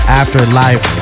afterlife